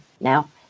now